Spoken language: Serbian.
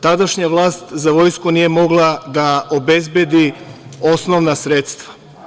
Tadašnja vlast za vojsku nije mogla da obezbedi osnovna sredstva.